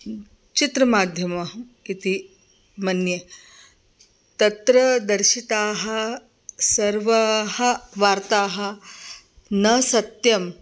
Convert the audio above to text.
चित्रमाध्यमः इति मन्ये तत्र दर्शिताः सर्वाः वार्ताः न सत्यम्